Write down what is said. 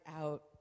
out